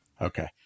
Okay